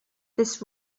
this